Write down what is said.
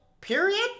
period